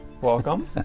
Welcome